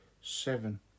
seven